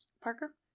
parker